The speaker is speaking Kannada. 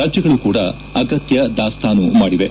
ರಾಜ್ಯಗಳು ಕೂಡ ಅಗತ್ಯ ದಾಸ್ತಾನು ಮಾಡಿವೆ